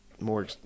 more